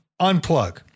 unplug